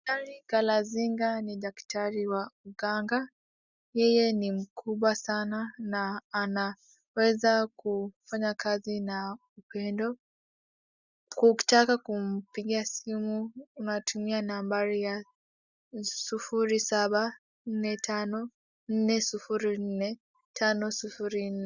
Daktari Kalasinga ni daktari wa uganga yeye ni mkubwa sana na anaweza kufanya kazi na upendo ukitaka kumpigia simu unatumia nambari ya 0745404504.